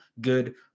good